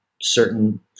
certain